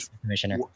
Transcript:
commissioner